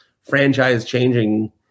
franchise-changing